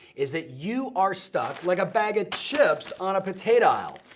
is that you are stuck like a bag of chips on a potato aisle.